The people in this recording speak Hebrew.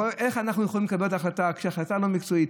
איך אנחנו יכולים לקבל את ההחלטה כשההחלטה לא מקצועית?